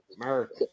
America